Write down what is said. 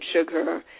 sugar